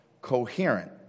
coherent